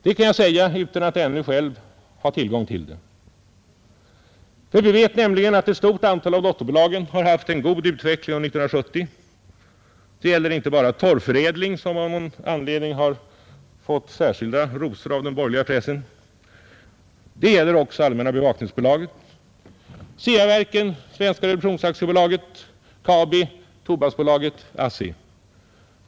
Det kan jag säga utan att ännu själv ha tillgång till det. Vi vet nämligen att ett stort antal av dotterbolagen har haft en god utveckling under 1970. Det gäller inte bara Torvförädling, 19 som av någon anledning har fått särskilda rosor av den borgerliga pressen. Det gäller också Allmänna bevakningsbolaget, CEA-verken, Svenska reproduktionsaktiebolaget, KABI, Tobaksbolaget, ASSI.